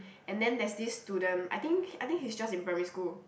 and then there's this student I think I think he's just in primary school